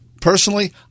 personally